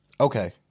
Okay